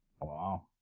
Wow